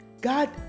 God